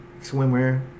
swimwear